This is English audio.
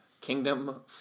kingdom